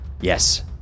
Yes